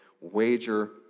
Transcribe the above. wager